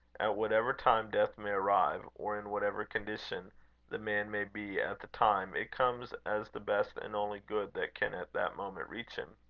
at whatever time death may arrive, or in whatever condition the man may be at the time, it comes as the best and only good that can at that moment reach him.